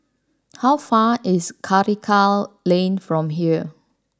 how far is Karikal Lane from here